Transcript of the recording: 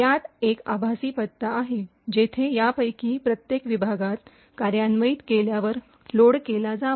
यात एक आभासी पत्ता आहे जेथे यापैकी प्रत्येक विभाग कार्यान्वित केल्यावर लोड केला जावा